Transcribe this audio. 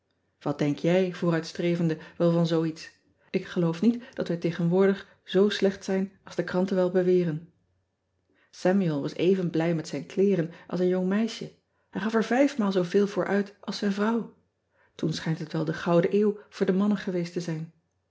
at denk jij vooruitstrevende wel van zoo iets k geloof niet dat wij tegenwoordig zoo slecht zijn als de kranten wel beweren amuel was even blij met zijn kleeren als een jong meisje ij gaf er vijf maal zooveel voor uit als zijn vrouw oen schijnt het wel de ouden euw voor de mannen geweest te zijn